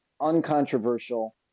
uncontroversial